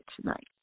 tonight